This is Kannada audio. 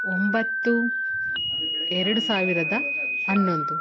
ಒಂಬತ್ತು ಎರಡು ಸಾವಿರದ ಹನ್ನೊಂದು